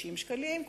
60 שקלים,